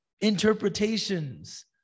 interpretations